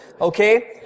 Okay